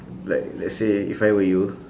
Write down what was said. like let's say if I were you